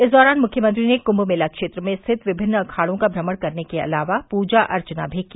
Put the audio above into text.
इस दौरान मुख्यमंत्री ने कुम्म मेला क्षेत्र में स्थित विमिन्न अखाड़ों का श्रमण करने के अलावा पूजा अर्चना भी की